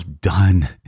done